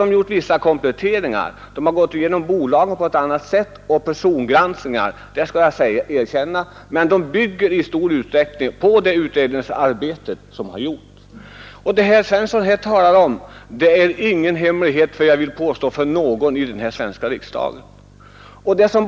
De har gjort vissa kompletteringar; de har gått igenom bolagen på ett annat sätt och gjort persongranskningar — det skall jag erkänna — men de bygger i stor utsträckning på det arbete som gjorts av koncentrationsutredningen. Det herr Svensson här talat om är ingen hemlighet för någon i den svenska riksdagen, vill jag påstå.